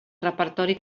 repertori